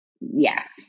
yes